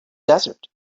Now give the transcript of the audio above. desert